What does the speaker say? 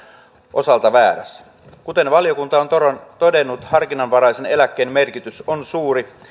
osalta väärässä kuten valiokunta on todennut todennut harkinnanvaraisen eläkkeen merkitys on suuri